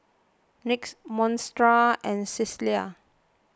Litzy Montserrat and Cecelia